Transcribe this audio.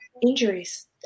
injuries